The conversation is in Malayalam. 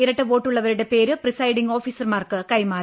ഇരട്ട വോട്ടുള്ളവരുടെ പേര് പ്രിസൈഡിംഗ് ഓഫീസർമാർക്ക് കൈമാറി